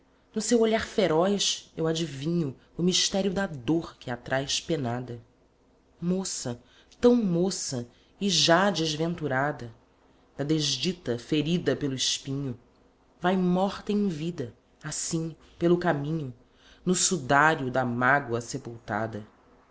no seu olhar feroz eu adivinho o mistério da dor que a traz penada moça tão moça e já desventurada da desdita ferida pelo espinho vai morta em vida assim pelo caminho no sudário da mágoa sepultada